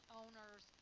owners